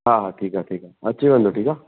हा हा ठीकु आहे ठीकु आहे अची वञिजो ठीकु आहे